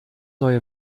neue